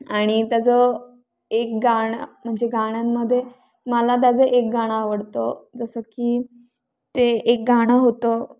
आणि त्याचं एक गाणं म्हणजे गाण्यांमध्ये मला त्याचं एक गाणं आवडतं जसं की ते एक गाणं होतं